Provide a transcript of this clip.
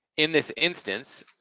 in this instance,